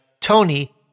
Tony